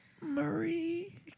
Murray